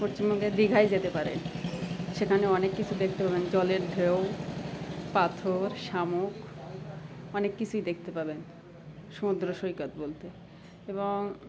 পশ্চিমবঙ্গের দীঘায় যেতে পারেন সেখানে অনেক কিছু দেখতে পাবেন জলের ঢেউ পাথর শামুক অনেক কিছুই দেখতে পাবেন সমুদ্র সৈকত বলতে এবং